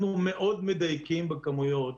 אנחנו מאוד מדייקים בכמויות.